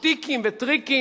שטיקים וטריקים,